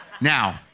Now